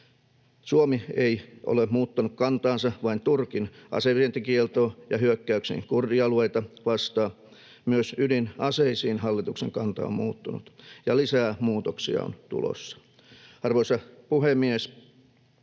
Suomi ei ole muuttanut kantaansa vain Turkin asevientikieltoon ja hyökkäykseen kurdialueita vastaan, myös ydinaseisiin hallituksen kanta on muuttunut, ja lisää muutoksia on tulossa. Arvoisa puhemies!